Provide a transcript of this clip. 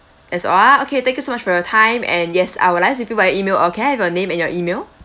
that's all ah okay thank you so much for your time and yes I will liaise with you via E-mail or can I have your name and your E-mail